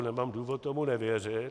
Nemám důvod tomu nevěřit.